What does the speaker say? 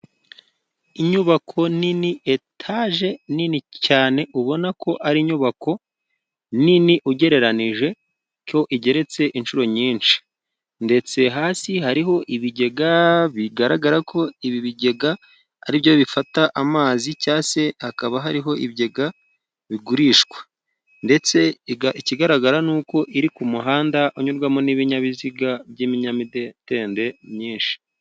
Inyubako nini, etaje nini cyane ubona ko ari inyubako nini ugereranije ko igeretse inshuro nyinshi, ndetse hasi hariho ibigega bigaragara ko ibi bigega ari byo bifata amazi, cyangwa se hakaba hariho ibigega bigurishwa. Ndetse ikigaragara ni uko iri ku muhanda unyurwamo n'ibinyabiziga by'ibinyamidetende byinshi.